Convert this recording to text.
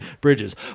bridges